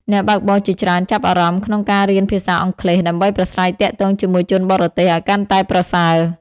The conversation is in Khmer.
អ្នកបើកបរជាច្រើនចាប់អារម្មណ៍ក្នុងការរៀនភាសាអង់គ្លេសដើម្បីប្រាស្រ័យទាក់ទងជាមួយជនបរទេសឱ្យកាន់តែប្រសើរ។